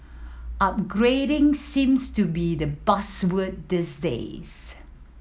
upgrading seems to be the buzzword these days